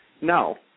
No